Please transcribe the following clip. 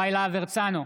הרצנו,